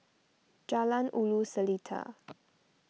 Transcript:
Jalan Ulu Seletar